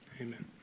amen